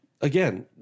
Again